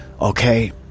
okay